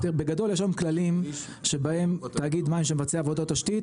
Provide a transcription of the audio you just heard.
בגדול יש היום כללים שבהם תאגיד מים שמבצע תשתית,